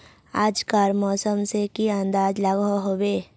आज कार मौसम से की अंदाज लागोहो होबे?